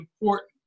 important